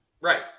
Right